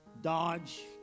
Dodge